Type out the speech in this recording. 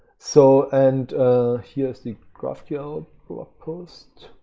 so, and here's the graph ql blog post.